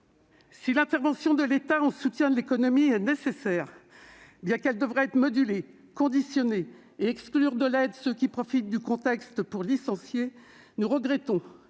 Si l'intervention de l'État en soutien de l'économie est nécessaire- elle devrait cependant être modulée, conditionnée, et exclure de l'aide ceux qui profitent du contexte pour licencier -, nous regrettons